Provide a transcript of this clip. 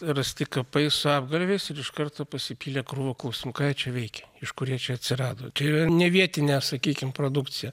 rasti kapais su apgalviais ir iš karto pasipylė krūva klausimų ką jie čia veikė iš kur jie čia atsirado tai yra ne vietinė sakykim produkcija